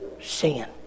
sin